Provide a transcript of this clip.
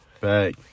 back